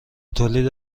تولید